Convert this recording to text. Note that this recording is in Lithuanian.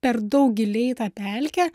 per daug giliai į tą pelkę